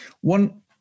One